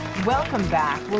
welcome back!